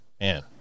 man